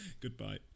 Goodbye